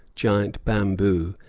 giant bamboo,